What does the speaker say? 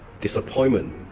disappointment